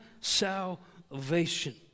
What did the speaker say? salvation